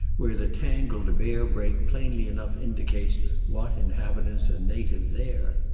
where the tangled bear-brake plainly enough indicates what inhabitants are native there.